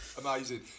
Amazing